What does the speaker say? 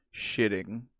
shitting